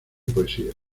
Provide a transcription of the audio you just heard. poesías